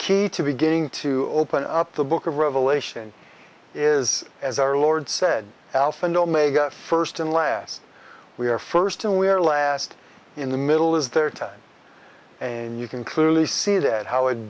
key to beginning to open up the book of revelation is as our lord said alpha and omega first and last we are first and we're last in the middle is their time and you can clearly see that how it